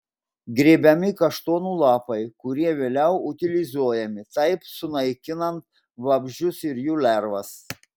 grėbiami kaštonų lapai kurie vėliau utilizuojami taip sunaikinant vabzdžius ir jų lervas